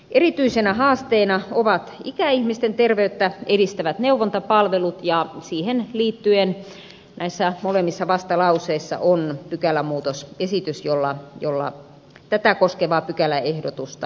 erityisenä haasteena ovat ikäihmisten terveyttä edistävät neuvontapalvelut ja siihen liittyen näissä molemmissa vastalauseissa on pykälämuutosesitys jolla tätä koskevaa pykäläehdotusta tarkennettaisiin